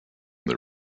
the